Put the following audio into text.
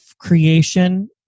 creation